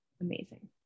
amazing